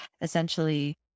essentially